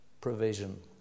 provision